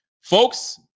folks